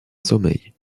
sommeil